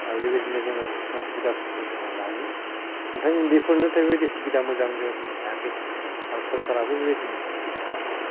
आरो बेबायदिनो जोङो खिसुमान सुबिदाफोरखौ जोङो लायो नाथाय उन्दैफोरनो थाखाय बेबादि सुबिदा मोजां जों होनो हायाखै आरो सरकाराबो बेबादिनो सुबिदा होआखै